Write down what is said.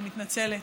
אני מתנצלת.